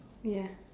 ya